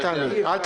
אל תעני.